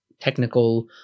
technical